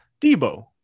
Debo